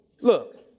look